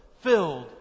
filled